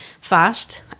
fast